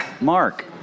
Mark